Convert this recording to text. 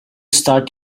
start